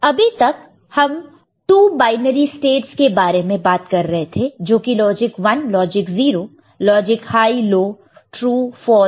अभी तक हम 2 बायनरी स्टेटस के बारे में बात कर रहे थे जोकि logic 1 logic 0 logic high low true false